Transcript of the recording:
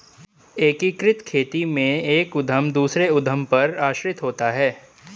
एकीकृत खेती में एक उद्धम दूसरे उद्धम पर आश्रित होता है